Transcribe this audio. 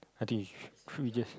I think you should should we just